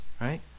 right